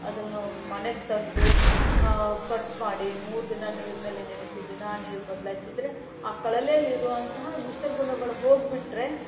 ಅದನ್ನು ಮನೆಗೆ ತಂದು ಕಟ್ ಮಾಡಿ ಮೂರು ದಿನ ನೀರಿನಲ್ಲಿ ನೆನೆಸಿ ದಿನಾ ನೀರು ಬದಲಾಯಿಸಿದರೆ ಆ ಕಳಲೆಯಲ್ಲಿರುವಂತಹ ವಿಷ ಗುಣಗಳು ಹೋಗಿಬಿಟ್ಟರೆ